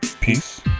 peace